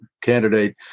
candidate